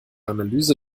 analyse